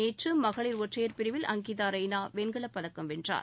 நேற்று மகளிர் ஒற்றையர் பிரிவில் அங்கீதா ரெய்னா வெண்கலப்பதக்கம் வென்றார்